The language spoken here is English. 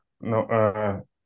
no